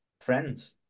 Friends